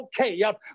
okay